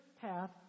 path